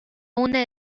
una